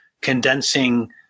condensing